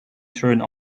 through